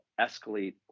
escalate